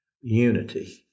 unity